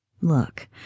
Look